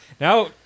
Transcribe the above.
Now